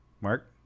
mark